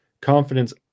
confidence